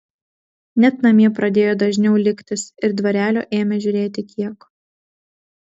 net namie pradėjo dažniau liktis ir dvarelio ėmė žiūrėti kiek